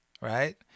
Right